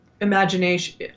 imagination